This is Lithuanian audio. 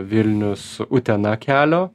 vilnius utena kelio